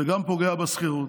זה גם פוגע בשכירות,